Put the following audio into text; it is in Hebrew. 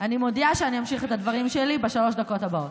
אני מודיעה שאני אמשיך את הדברים שלי בשלוש הדקות הבאות.